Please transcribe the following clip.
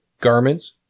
garments